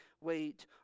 wait